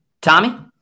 Tommy